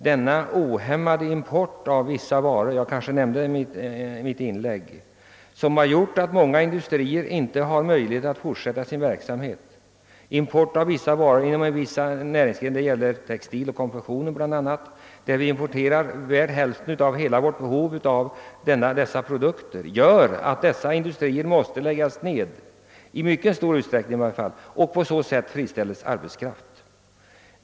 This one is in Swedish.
Den ohämmade import som förekommer av vissa varor, som jag nämnde i mitt inlägg, har gjort att många industrier inte har möjlighet att fortsätta sin verksamhet — detta gäller bl.a. inom textiloch konfektionsindustrin. Vi importerar hälften av hela vårt behov av dessa produkter, och detta gör att sådana industrier i mycket stor utsträckning måste lägga ned verksamheten och friställa arbetskraft.